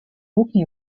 talking